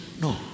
No